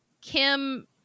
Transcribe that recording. Kim